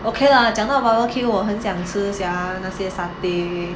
okay lah 讲到 barbecue 我很想吃 sia 那些 satay